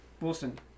Wilson